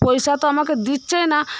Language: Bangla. পয়সা তো আমাকে দিচ্ছেই না